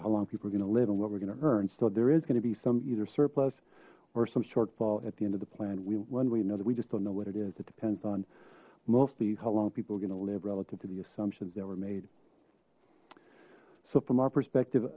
of how long people are gonna live on what we're gonna earn so there is going to be some either surplus or some shortfall at the end of the plan one way to know that we just don't know what it is it depends on mostly how long people are gonna live relative to the assumptions that were made so from our perspective